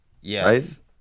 Yes